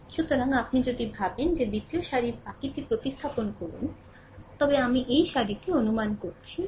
সুতরাং আপনি যদি ভাবেন যে দ্বিতীয় সারির বাকীটি প্রতিস্থাপন করুন তবে আমি এই সারিটি অনুমান করি